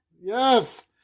Yes